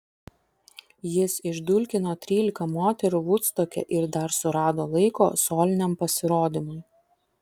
jis išdulkino trylika moterų vudstoke ir dar surado laiko soliniam pasirodymui